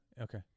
Okay